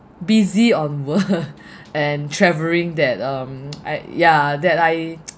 busy on work and travelling that um I yeah that I